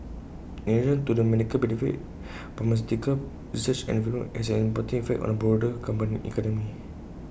in addition to the medical benefit pharmaceutical research and development has an important impact on the broader economy